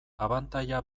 abantaila